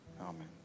Amen